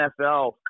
NFL